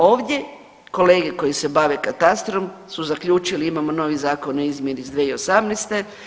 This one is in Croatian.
Ovdje kolege koji se bave katastrom su zaključili imamo novi Zakon o izmjeri iz 2018.